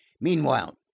Meanwhile